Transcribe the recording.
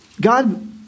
God